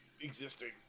existing